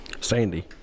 sandy